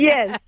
Yes